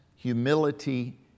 humility